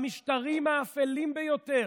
במשטרים האפלים ביותר